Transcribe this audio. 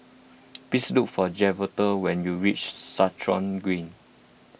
please look for Javonte when you reach Stratton Green